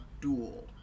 duel